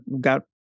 got